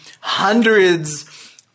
hundreds